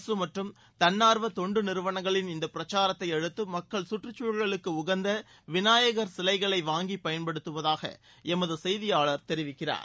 அரசு மற்றும் தன்னார்வ தொண்டு நிறுவனங்களின் இந்த பிரச்சாரத்தை அடுத்து மக்கள் கற்றுக்குழலுக்கு உகந்த விநாயகர் சிலைகளை வாங்கி பயன்படுத்துவதாக எமது செய்தியாளர் தெரிவிக்கிறார்